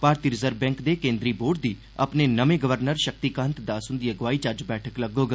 भारती reserve bank दे केन्द्री board दी अ ने नमें गवर्नर शक्तिकांत दास हंदी अग्रुवाई च अज्ज बैठक लग्गोग